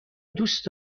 دوست